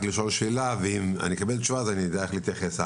לשאול שאלה ואם אני אקבל תשובה אז אני אדע איך להתייחס.